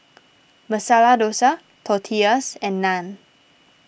Masala Dosa Tortillas and Naan